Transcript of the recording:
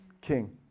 King